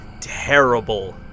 terrible